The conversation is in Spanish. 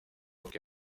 que